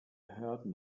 heard